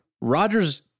Rodgers